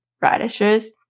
radishes